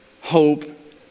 hope